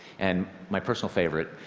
and my personal favorite,